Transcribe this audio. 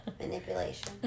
Manipulation